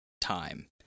time